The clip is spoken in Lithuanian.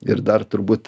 ir dar turbūt